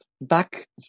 back